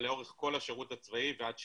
ולאורך כל השירות הצבאי ועד שחרורם.